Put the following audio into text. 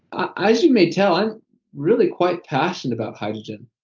as you may tell, i'm really quite passionate about hydrogen,